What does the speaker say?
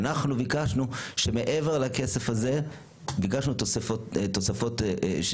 אנחנו ביקשנו מעבר לכסף הזה תוספות של